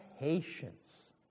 patience